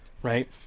Right